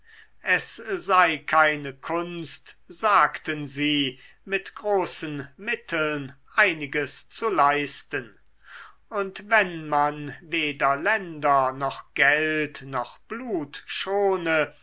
es sei keine kunst sagten sie mit großen mitteln einiges zu leisten und wenn man weder länder noch geld noch blut schone